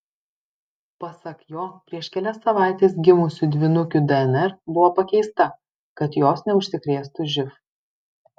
pasak jo prieš kelias savaites gimusių dvynukių dnr buvo pakeista kad jos neužsikrėstų živ